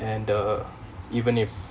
and the even if